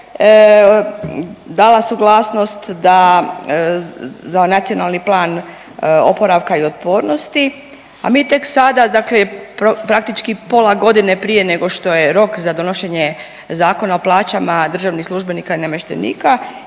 dala suglasnost za Nacionalni plan oporavka i otpornosti, a mi tek sada dakle praktički pola godine prije nego što je rok za donošenje Zakona o plaćama državnih službenika i namještenika